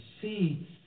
see